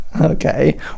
Okay